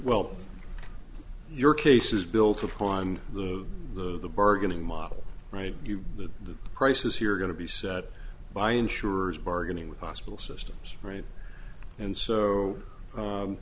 well your case is built upon the the bargaining model right that the prices here are going to be set by insurers bargaining with hospital systems right and so